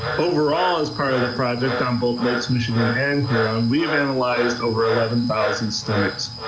overall as part of the project on both lakes, michigan and huron, we have analyzed over eleven thousand stomachs.